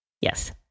Yes